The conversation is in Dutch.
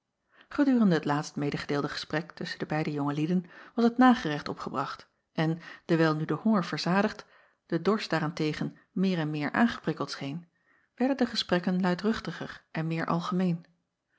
edurende het laatst medegedeelde gesprek tusschen de beide jonge lieden was het nagerecht opgebracht en dewijl nu de honger verzadigd de dorst daar-en-tegen meer en meer aangeprikkeld scheen werden de gesprekken luidruchtiger en meer algemeen